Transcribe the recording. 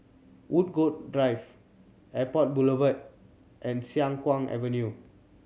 Woodgrove Drive Airport Boulevard and Siang Kuang Avenue